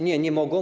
Nie, nie mogą.